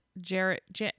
Jarrett